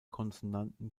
konsonanten